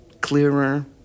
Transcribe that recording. Clearer